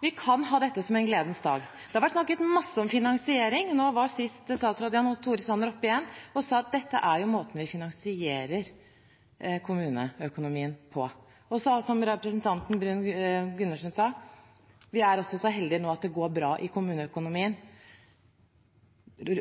Vi kan ha dette som en gledens dag. Det har vært snakket masse om finansiering. Nå sist var statsråd Jan Tore Sanner oppe igjen og sa at dette er måten vi finansierer kommuneøkonomien på. Og som representanten Bruun-Gundersen sa: Vi er så heldige nå at det går bra i kommuneøkonomien.